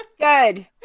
Good